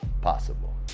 possible